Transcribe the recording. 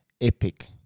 epic